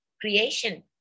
creation